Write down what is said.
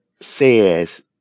says